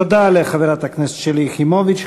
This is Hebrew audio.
תודה לחברת הכנסת שלי יחימוביץ.